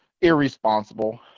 irresponsible